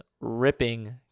ripping